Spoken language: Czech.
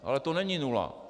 Ale to není nula.